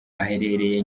aherereye